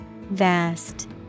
Vast